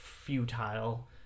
Futile